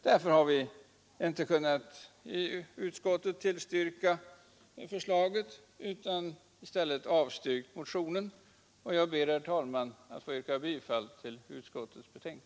Därför har vi i utskottet inte kunnat tillstyrka förslaget utan har avstyrkt motionen. Jag ber, herr talman, att få yrka bifall till utskottets hemställan.